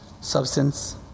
substance